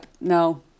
No